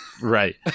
Right